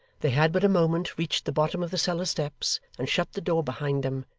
they had but a moment reached the bottom of the cellar-steps and shut the door behind them,